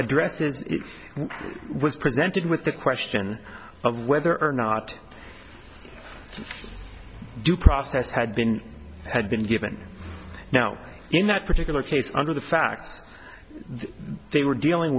addresses it was presented with the question of whether or not due process had been had been given now in that particular case under the facts they were dealing